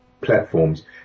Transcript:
platforms